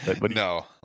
No